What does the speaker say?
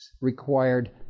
required